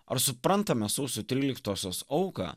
ar suprantame sausio tryliktosios auką